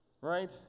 Right